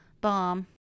bomb